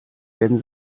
werden